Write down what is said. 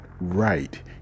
right